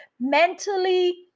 mentally